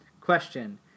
Question